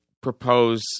propose